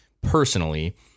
personally